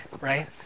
right